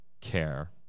care